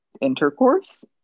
intercourse